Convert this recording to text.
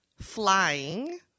flying